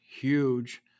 huge